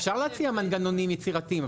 אפשר להציע מנגנונים יצירתיים,